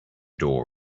door